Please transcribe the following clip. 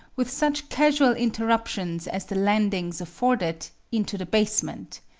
with such casual interruptions as the landings afforded, into the basement,